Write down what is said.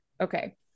Okay